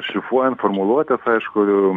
šlifuojant formuluotes aišku